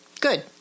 Good